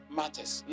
matters